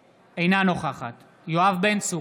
אינה נוכחת יואב בן צור,